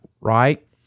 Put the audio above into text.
right